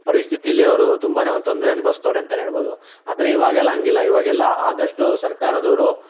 ಪರಿಸ್ಥಿತೀಲಿ ಅವರು ತುಂಬನೇ ಒಂದು ತೊಂದರೆ ಅನುಭವಿಸ್ತವ್ರೆ ಅಂತಲೇ ಹೇಳ್ಬೋದು ಆದರೆ ಈವಾಗೆಲ್ಲ ಹಾಗಿಲ್ಲ ಈವಾಗೆಲ್ಲ ಆದಷ್ಟು ಸರ್ಕಾರದೋರು